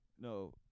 No